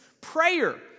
Prayer